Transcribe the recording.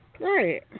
Right